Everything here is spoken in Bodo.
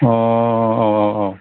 अ' औ औ औ